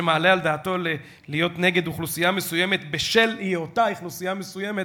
שמעלה על דעתו להיות נגד אוכלוסייה מסוימת בשל היותה אוכלוסייה מסוימת,